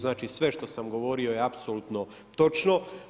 Znači sve što sam govorio je apsolutno točno.